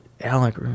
Alec